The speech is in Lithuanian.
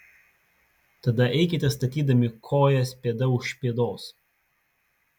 tada eikite statydami kojas pėda už pėdos